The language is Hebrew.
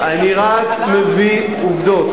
אני רק מביא עובדות.